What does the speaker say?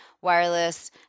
wireless